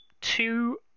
two